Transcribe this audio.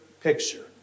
picture